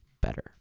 better